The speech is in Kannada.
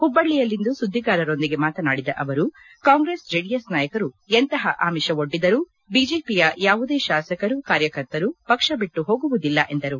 ಹುಬ್ಲಳ್ಯಲ್ಲಿಂದು ಎಂಬ ಸುದ್ಗಿಗಾರರೊಂದಿಗೆ ಮಾತನಾಡಿದ ಅವರು ಕಾಂಗ್ರೆಸ್ ಜೆಡಿಎಸ್ ನಾಯಕರು ಎಂತಪ ಅಮಿಷ ಒಡ್ಡಿದರೂ ಬಿಜೆಪಿಯ ಯಾವುದೇ ಶಾಸಕ ಕಾರ್ಯಕರ್ತ ಪಕ್ಷ ಬಿಟ್ಟು ಹೋಗುವುದಿಲ್ಲ ಎಂದರು